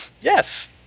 Yes